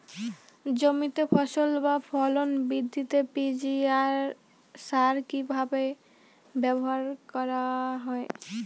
জমিতে ফসল বা ফলন বৃদ্ধিতে পি.জি.আর সার কীভাবে ব্যবহার করা হয়?